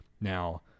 Now